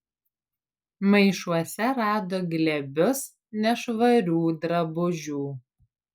maišuose rado glėbius nešvarių drabužių